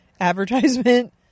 advertisement